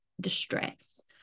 distress